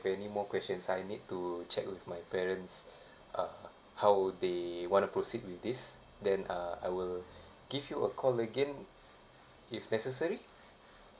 anymore questions I need to check with my parents uh how would they want to proceed with this then uh I will give you a call again if necessary